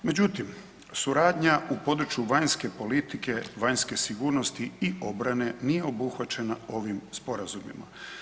Međutim, suradnja u području vanjske politike, vanjske sigurnosti i obrane nije obuhvaćena ovim sporazumima.